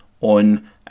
on